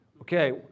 Okay